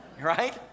right